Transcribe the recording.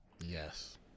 Yes